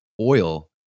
Oil